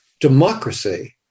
democracy